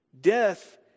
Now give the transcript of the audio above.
death